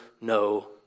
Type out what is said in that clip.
no